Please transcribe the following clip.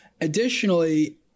Additionally